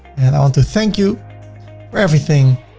and i want to thank you for everything.